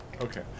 Okay